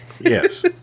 Yes